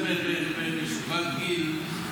אם אנחנו 12,000 משכבת גיל,